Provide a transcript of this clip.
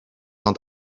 ond